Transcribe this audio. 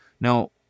Now